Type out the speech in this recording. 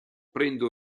prende